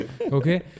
Okay